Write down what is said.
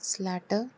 స్లాటో